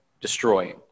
destroying